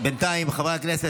חברי הכנסת,